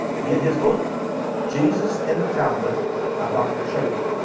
get his book jesus in the talmud by dr. schafer.